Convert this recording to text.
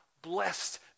blessed